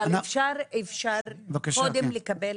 אפשר קודם לקבל